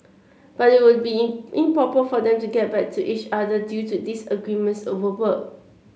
but it would be improper for them to get back to each other due to disagreements over work